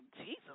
Jesus